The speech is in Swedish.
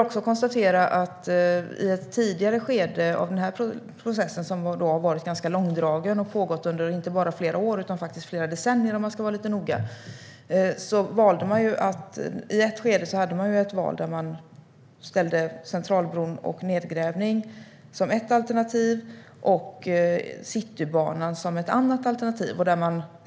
I ett tidigare skede av processen som har varit ganska långdragen - den har pågått inte bara i flera år utan i flera decennier, om man ska vara lite noga - hade man ett val mellan nedgrävning av Centralbron och Citybanan.